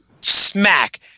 smack